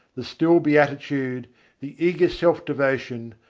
the still beatitude, the eager self-devotion,